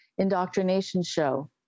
indoctrinationshow